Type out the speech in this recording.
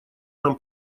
нам